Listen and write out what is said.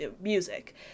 music